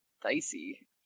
dicey